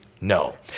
no